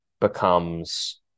becomes